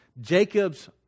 Jacob's